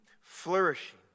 flourishing